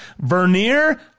Vernier